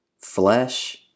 Flesh